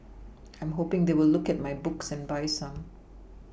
I'm hoPing they will look at my books and buy some